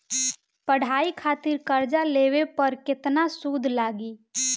पढ़ाई खातिर कर्जा लेवे पर केतना सूद लागी?